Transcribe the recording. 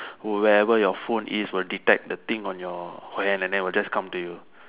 wherever your phone is will detect the thing on your hand and then will just come to you